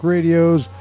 Radio's